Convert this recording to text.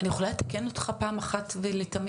אני יכולה לתקן אותך פעם אחת ולתמיד,